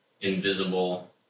invisible